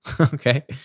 Okay